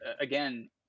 again